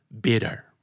Bitter